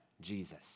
Jesus